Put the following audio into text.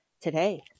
today